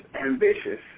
ambitious